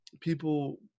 people